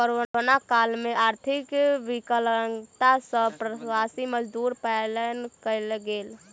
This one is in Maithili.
कोरोना काल में आर्थिक विकलांगता सॅ प्रवासी मजदूर पलायन कय गेल